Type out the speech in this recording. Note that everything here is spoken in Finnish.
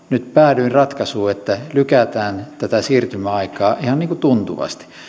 nyt päädyin ratkaisuun että lykätään tätä siirtymäaikaa ihan niin kuin tuntuvasti